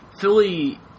Philly